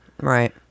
Right